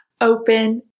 open